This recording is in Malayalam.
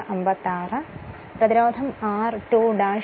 അതായത് ഈ പ്രതിരോധം r2 ' s ആണ്